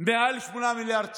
מעל 8 מיליארד שקל.